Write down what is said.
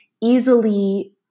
easily